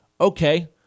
okay